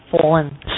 fallen